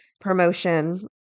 promotion